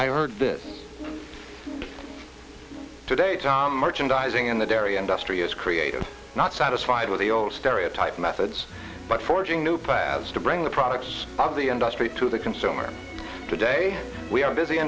i heard this today down merchandising in the dairy industry is created not satisfied with the old stereotype methods but forging new pairs to bring the products of the industry to the consumer today we are busy